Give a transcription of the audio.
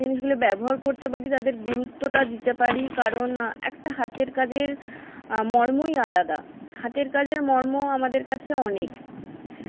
জিনিসগুলো ব্যবহার করতে পারি তাদের গুরুত্বটা দিতে পারি কারণ একটা হাতের কাজের মর্মই আলাদা হাতের কাজের মর্ম আমাদের কাছে অনেক